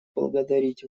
поблагодарить